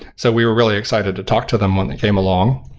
so we're really excited to talk to them when they came along.